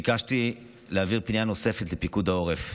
ביקשתי להעביר פנייה נוספת לפיקוד העורף.